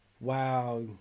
wow